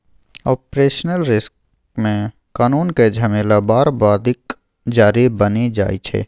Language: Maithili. आपरेशनल रिस्क मे कानुनक झमेला बरबादीक जरि बनि जाइ छै